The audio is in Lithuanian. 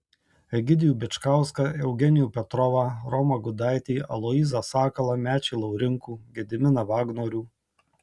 egidijų bičkauską eugenijų petrovą romą gudaitį aloyzą sakalą mečį laurinkų gediminą vagnorių